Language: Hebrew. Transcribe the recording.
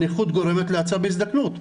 הנכות גורמת להאצה בהזדקנות,